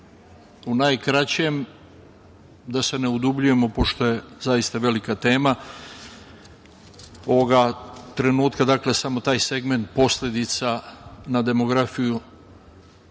u najkraćem, da se ne udubljujemo pošto je zaista velika tema ovoga trenutka. Dakle, samo taj segment posledica na demografiju